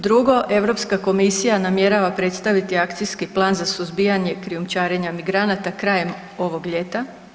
Drugo, Europska komisija namjerava predstaviti akcijski plan za suzbijanje krijumčarenja imigranata krajem ovog ljeta.